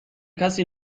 کسی